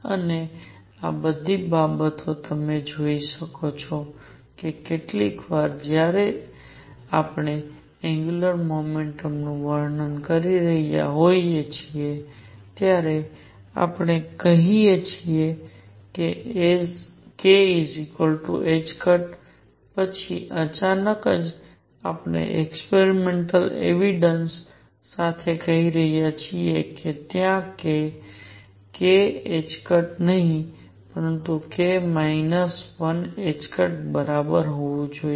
અને આ બધી બાબતો તમે જોઈ શકો છો કે કેટલીક વાર જ્યારે આપણે એંગ્યુલર મોમેન્ટ નું વર્ણન કરી રહ્યા હોઈએ છીએ ત્યારે આપણે કહી રહ્યા છીએ kℏ પછી અચાનક આપણે એક્સપેરિમેન્ટલ એવિડેન્સ સાથે કહી રહ્યા છીએ ત્યાં કે k નહીં પરંતુ k માઇનસ 1 બરાબર હોવું જોઈએ